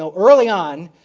so early on,